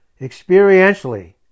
experientially